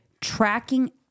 Tracking